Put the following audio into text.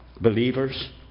believers